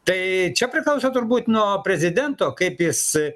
tai čia priklauso turbūt nuo prezidento kaip jis